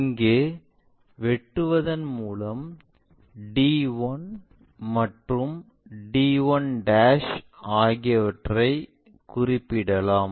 இங்கே வெட்டுவதன் மூலம் d1 மற்றும் d1 ஆகியவற்றை குறிப்பிடலாம்